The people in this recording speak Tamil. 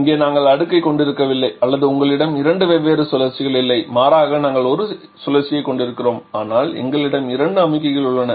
இங்கே நாங்கள் அடுக்கைக் கொண்டிருக்கவில்லை அல்லது உங்களிடம் இரண்டு வெவ்வேறு சுழற்சிகள் இல்லை மாறாக நாங்கள் ஒரே சுழற்சியைக் கொண்டிருக்கிறோம் ஆனால் எங்களிடம் இரண்டு அமுக்கிகள் உள்ளன